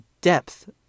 depth